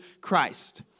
Christ